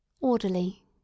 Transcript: orderly